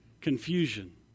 confusion